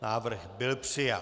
Návrh byl přijat.